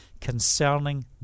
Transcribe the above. concerning